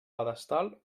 pedestal